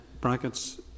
brackets